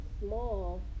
small